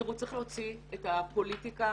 תראו, צריך להוציא את הפוליטיקה